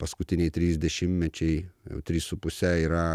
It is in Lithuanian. paskutiniai trys dešimtmečiai jau trys su puse yra